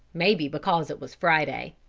maybe because it was friday.